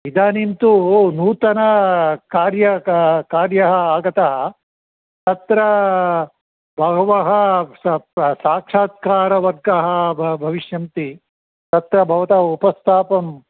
इदानीं तु नूतनकार्यक कार्यम् आगतं तत्र बहवः स प् साक्षात्कारवर्गाः ब भविष्यन्ति तत्र भवता उपस्थापं